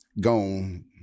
gone